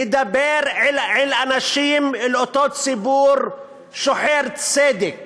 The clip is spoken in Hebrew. לדבר אל אנשים, אל אותו ציבור שוחר צדק,